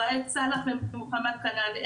ראאד סלאח ומוחמד כנעאנה,